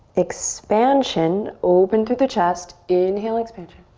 expansion, open through the chest. inhale, expansion.